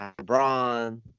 LeBron